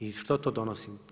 I što to donosi?